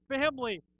family